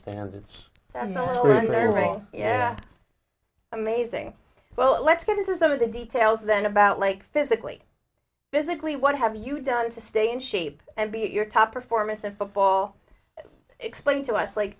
rare yeah amazing well let's get into some of the details then about like physically physically what have you done to stay in shape and be at your top performance in football explain to us like